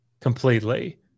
completely